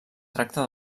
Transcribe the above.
tracta